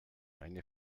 eine